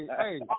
hey